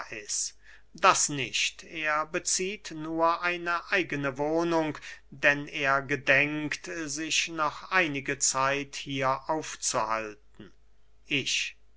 das nicht er bezieht nur eine eigene wohnung denn er gedenkt sich noch einige zeit hier aufzuhalten ich